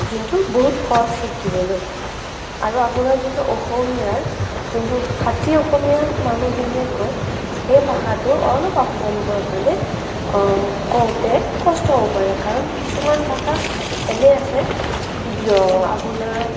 যোনটো বহুত সহজ শিকিবলৈ আৰু আপোনাৰ যোনটো অসমীয়াৰ যোনটো খাটি অসমীয়া মানুহখিনিয়ে কয় সেই ভাষাটো অলপ আপোনালোকৰ কাৰণে কওঁতে কষ্ট হ'ব পাৰে কাৰণ কিছুমান ভাষা এনে আছে য' আপোনাৰ